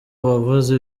uwavuze